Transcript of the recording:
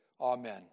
Amen